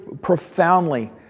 Profoundly